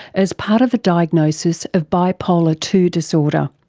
as part of a diagnosis of bi-polar two disorder.